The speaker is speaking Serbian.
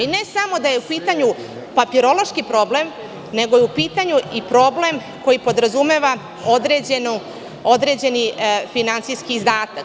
I ne samo da je u pitanju papirološki problem, nego je u pitanju i problem koji podrazumeva određeni finansijski izdatak.